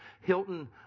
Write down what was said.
Hilton